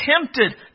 tempted